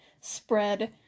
spread